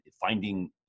Finding